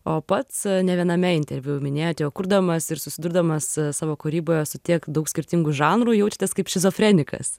o pats ne viename interviu minėjot jog kurdamas ir susidurdamas savo kūryboje su tiek daug skirtingų žanrų jaučiatės kaip šizofrenikas